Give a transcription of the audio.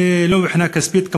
לא מבחינה כספית,